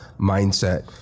mindset